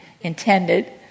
intended